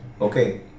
Okay